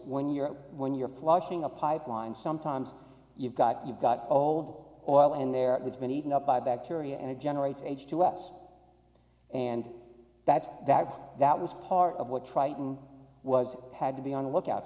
when you're when you're washing a pipeline sometimes you've got you've got all boil and there it's been eaten up by bacteria and it generates h two s and that's that that was part of what tritone was had to be on the lookout